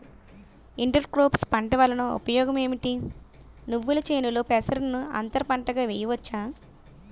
Inter crops పంట వలన ఉపయోగం ఏమిటి? నువ్వుల చేనులో పెసరను అంతర పంటగా వేయవచ్చా?